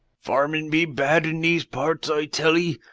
farmin' be bad in these parts, i tell ee.